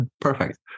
Perfect